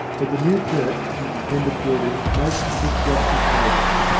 but the new church and its attendant buildings most took josh's notice.